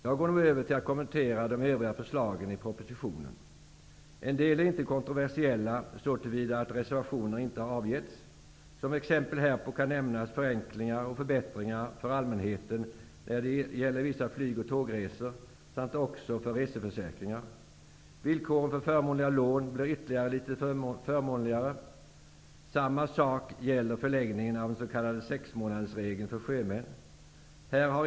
Jag går nu över till att kommentera de övriga förslagen i propositionen. En del är inte kontroversiella, så till vida att inga reservationer avgetts. Som exempel härpå kan nämnas förenklingar och förbättringar för allmänheten när det gäller vissa flyg och tågresor samt också för reseförsäkringar. Villkoren för förmånliga lån blir ytterligare litet förmånligare. Samma sak gäller förläggningen av den s.k. sexmånadersregeln för sjömän.